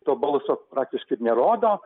to balso praktiškai ir nerodo